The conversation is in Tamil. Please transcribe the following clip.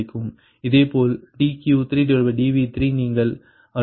இதேபோல் dQ3dV3 நீங்கள் 60